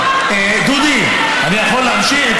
דודי, אני יכול להמשיך?